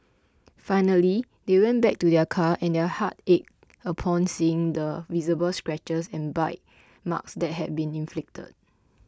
finally they went back to their car and their hearts ached upon seeing the visible scratches and bite marks that had been inflicted